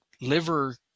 liver